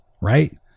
right